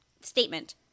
statement